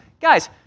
guys